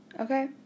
Okay